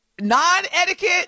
non-etiquette